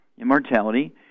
Immortality